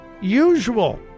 usual